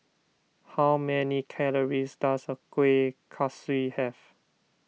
how many calories does a serving of Kueh Kaswi have